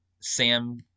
Sam